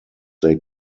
they